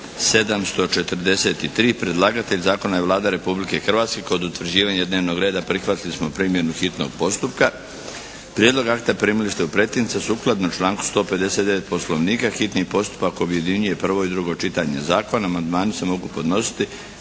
743 Predlagatelj Zakona je Vlada Republike Hrvatske. Kod utvrđivanja dnevnog reda prihvatili smo primjenu hitnog postupka. Prijedlog akta primili ste u pretince. Sukladno članku 159. Poslovnika hitni postupak objedinjuje prvo i drugo čitanje zakona. Amandmani se mogu podnositi